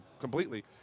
completely